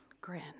grin